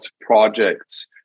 projects